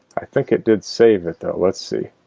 i think it did save it though, let's see